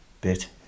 bit